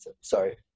Sorry